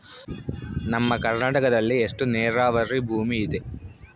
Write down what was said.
ನಮ್ಮ ಕರ್ನಾಟಕದಲ್ಲಿ ಎಷ್ಟು ನೇರಾವರಿ ಭೂಮಿ ಇದೆ?